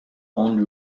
only